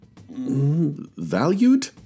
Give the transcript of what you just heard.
valued